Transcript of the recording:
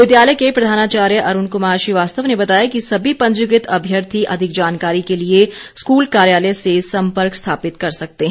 विद्यालय के प्रधानाचार्य अरूण कुमार श्रीवास्तव ने बताया कि सभी पंजीकृत अभ्यर्थी अधिक जानकारी के लिए स्कूल कार्यालय से सम्पर्क स्थापित कर सकते हैं